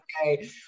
okay